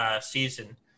season